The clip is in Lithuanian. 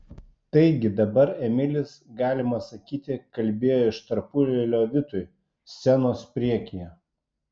taigi dabar emilis galima sakyti kalbėjo iš tarpueilio vitui scenos priekyje